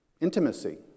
intimacy